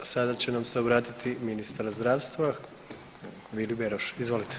Sada će nam se obratiti ministar zdravstva Vili Beroš, izvolite.